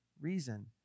reason